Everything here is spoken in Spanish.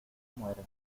muere